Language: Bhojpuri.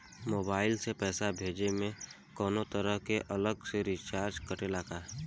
मोबाइल से पैसा भेजे मे कौनों तरह के अलग से चार्ज कटेला का?